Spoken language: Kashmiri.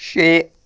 شے